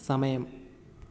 സമയം